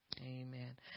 amen